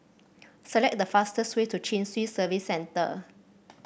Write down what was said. select the fastest way to Chin Swee Service Centre